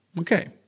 Okay